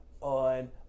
on